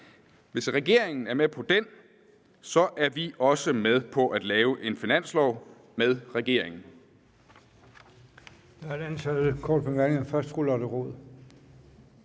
Hvis regeringen er med på den, er vi også med på at lave en finanslov med regeringen.